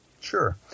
Sure